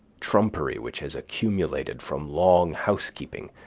trumpery which has accumulated from long housekeeping,